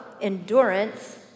endurance